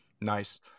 Nice